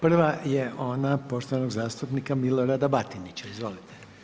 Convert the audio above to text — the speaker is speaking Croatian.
Prva je ona poštovanog zastupnika Milorada Batinića, izvolite.